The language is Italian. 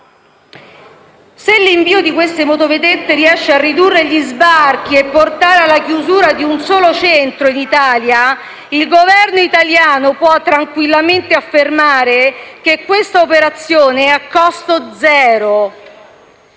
Se l'invio di queste motovedette riesce a ridurre gli sbarchi e a portare alla chiusura di un solo centro in Italia, il Governo italiano può tranquillamente affermare che questa operazione è a costo zero. Inoltre